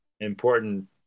important